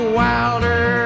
wilder